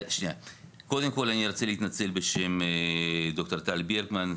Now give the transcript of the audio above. קודם כל אני רוצה להתנצל בשל ד"ר טל ברגמן,